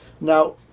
Now